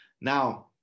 Now